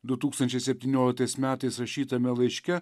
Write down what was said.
du tūkstančiai septynioliktais metais rašytame laiške